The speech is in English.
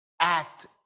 act